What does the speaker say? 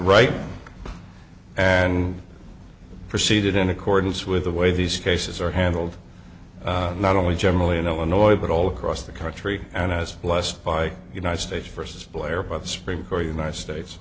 right and proceeded in accordance with the way these cases are handled not only generally in illinois but all across the country and i was blessed by united states versus blair by the supreme court united states